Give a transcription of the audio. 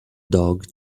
dog